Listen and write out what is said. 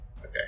Okay